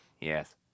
yes